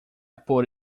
por